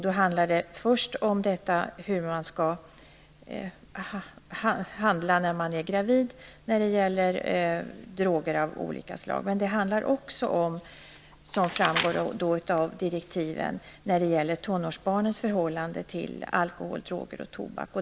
Det handlar främst om hur man skall förhålla sig till droger av olika slag när man är gravid, men det handlar också, vilket framgår av direktiven, om tonårsbarnens förhållande till alkohol, droger och tobak.